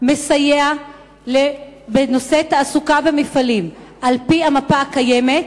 מסייע בנושא תעסוקה במפעלים על-פי המפה הקיימת,